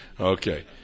Okay